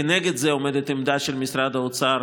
כנגד זה עומדת העמדה של משרד האוצר,